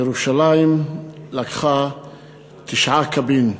ירושלים לקחה תשעה קבין.